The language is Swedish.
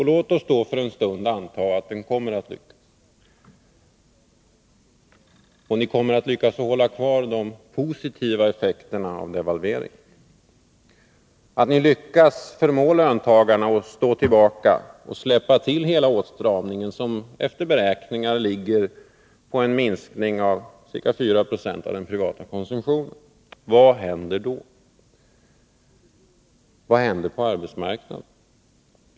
Låt oss för en stund anta att den kommer att lyckas och att ni kommer att kunna behålla de positiva effekterna av devalveringen, att ni lyckas förmå löntagarna att stå tillbaka och släppa till hela åtstramningen, som enligt beräkningar innebär en minskning på ca 4 96 av den privata konsumtionen. Vad händer då på arbetsmarknaden?